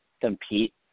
compete